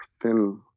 thin